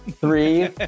Three